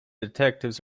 detectives